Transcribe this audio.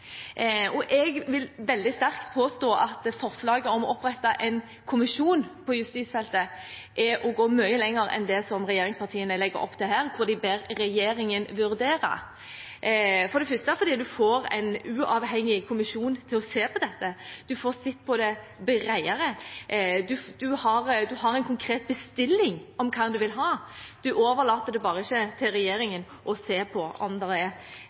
Jeg vil veldig sterkt påstå at forslaget om å opprette en kommisjon på justisfeltet er å gå mye lenger enn det som regjeringspartiene legger opp til her, hvor de ber regjeringen vurdere, for det første fordi man får en uavhengig kommisjon til å se på dette, man får sett på det bredere, man har en konkret bestilling om hva man vil ha, man overlater det ikke bare til regjeringen å se på om personopplysningsloven er